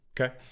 Okay